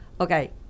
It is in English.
Okay